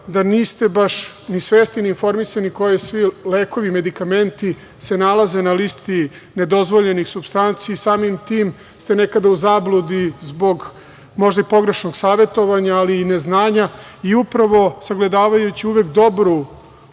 da niste baš ni svesni ni informisani koji svi lekovi, medikamenti se nalaze na listi nedozvoljenih supstanci. Samim tim ste nekada u zabludi zbog možda i pogrešnog savetovanja, ali i neznanja. Upravo sagledavajući uvek dobre